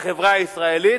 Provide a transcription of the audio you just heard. בחברה הישראלית,